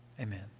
amen